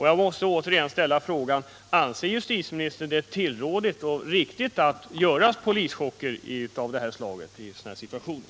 Jag måste återigen ställa frågan: Anser justitieministern det tillrådligt och riktigt att göra polischocker av detta slag i sådana här situationer?